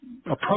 approach